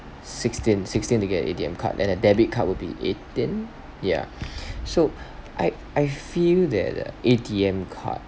sixteen sixteen to get A_T_M card and the debit card will be eighteen yeah so I I feel that the A_T_M card